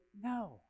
No